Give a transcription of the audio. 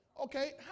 Okay